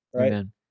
Amen